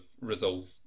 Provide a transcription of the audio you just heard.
Resolve